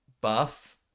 buff